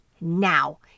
now